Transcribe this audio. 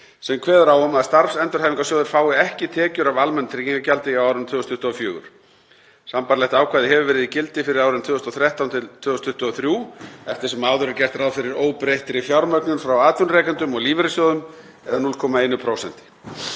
sem kveður á um að starfsendurhæfingarsjóðir fái ekki tekjur af almennu tryggingagjaldi á árinu 2024. Sambærilegt ákvæði hefur verið í gildi fyrir árin 2013–2023. Eftir sem áður er gert ráð fyrir óbreyttri fjármögnun frá atvinnurekendum og lífeyrissjóðum,